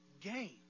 gain